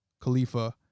Khalifa